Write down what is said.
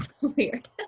weird